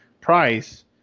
price